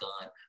God